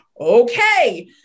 Okay